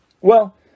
Well